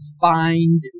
find